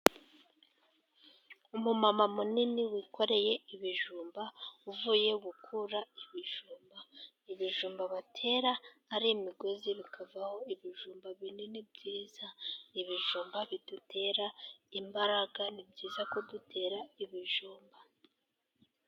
Umumama munini wikoreye ibijumba, uvuye gukura ibijumba, ibijumba batera ari imigozi bikavaho ibijumba binini byiza, ibijumba bidutera imbaraga ni byiza ko dutera ibijumba.